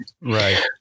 Right